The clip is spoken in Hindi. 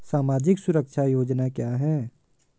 सामाजिक सुरक्षा योजना क्या है?